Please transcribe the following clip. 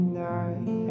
night